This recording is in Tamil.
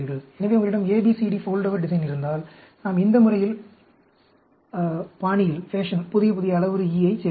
எனவே உங்களிடம் ABCD ஃபோல்டோவர் டிசைன் இருந்தால் நாம் இந்த முறையில் பாணியில் புதிய புதிய அளவுரு E யைச் சேர்க்கலாம்